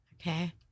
Okay